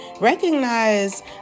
recognize